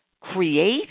Create